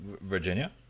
Virginia